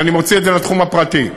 ואני מוציא את זה לתחום הפרטי.